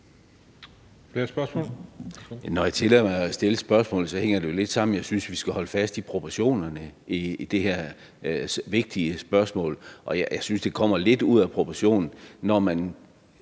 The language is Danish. Når jeg tillader mig at stille spørgsmålet, hænger det jo lidt sammen med, at jeg synes, vi skal holde fast i proportionerne i det her vigtige spørgsmål. Og jeg synes, at det kommer lidt ud af proportion,